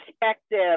perspective